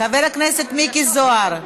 חבר הכנסת מיקי זוהר.